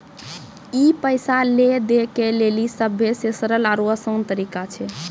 ई पैसा लै दै के लेली सभ्भे से सरल आरु असान तरिका छै